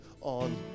on